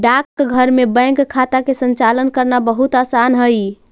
डाकघर में बैंक खाता के संचालन करना बहुत आसान हइ